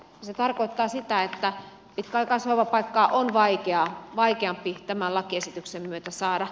se tarkoittaa sitä että pitkäaikaishoivapaikkaa on vaikeampi tämän lakiesityksen myötä saada